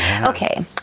okay